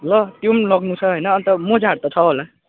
ल त्यो पनि लानु छ अन्त मोजाहरू त छ होला